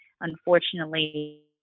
unfortunately